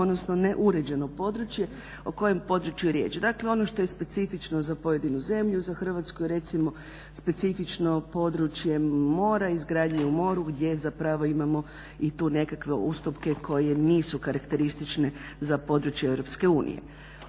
odnosno neuređeno područje. O kojem području je riječ? Dakle ono što je specifično za pojedinu zemlju za Hrvatsku je recimo specifično područje mora, izgradnje u moru gdje imamo i tu nekakve ustupke koji nisu karakteristične za područje EU.